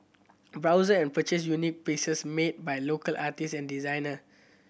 browse and purchase unique pieces made by local artists and designer